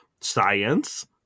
science